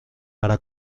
para